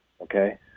Okay